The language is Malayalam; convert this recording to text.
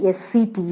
iisctagmail